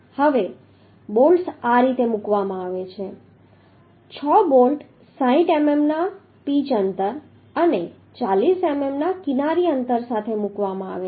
હવે બોલ્ટ્સ આ રીતે મૂકવામાં આવે છે છ બોલ્ટ 60 મીમીના પિચ અંતર અને 40 મીમીના કિનારી અંતર સાથે મૂકવામાં આવે છે